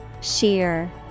sheer